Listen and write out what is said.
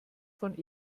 von